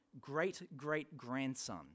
great-great-grandson